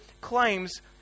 claims